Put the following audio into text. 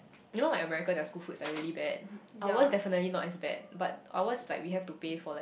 you know like America their school food is like really bad ours definitely not as bad but ours like we have to pay for like